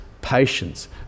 patience